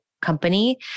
company